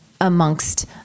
amongst